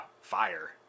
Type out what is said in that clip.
fire